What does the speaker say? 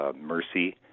mercy